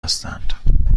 هستند